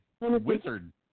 wizard